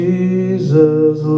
Jesus